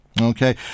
Okay